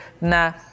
na